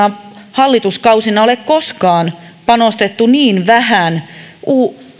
hallituskausina ole koskaan panostettu niin vähän uusiin